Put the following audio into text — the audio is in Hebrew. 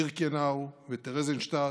בירקנאו, טרזינשטט,